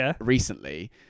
recently